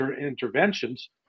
interventions